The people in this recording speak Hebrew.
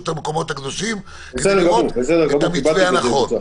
המקומות הקדושים כדי לראות את המתווה הנכון.